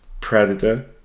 Predator